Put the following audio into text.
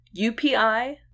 UPI